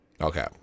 okay